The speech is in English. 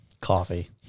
Coffee